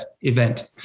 event